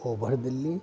ओभरु दिल्ली